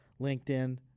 LinkedIn